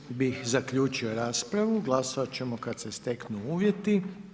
Time bih zaključio raspravu, glasovat ćemo kada se steknu uvjeti.